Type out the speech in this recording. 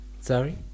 Sorry